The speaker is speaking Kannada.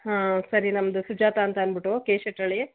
ಹಾ ಸರಿ ನಮ್ಮದು ಸುಜಾತ ಅಂತ ಅನ್ಬಿಟ್ಟು ಕೆ ಶೆಟ್ರಹಳ್ಳಿ